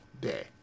day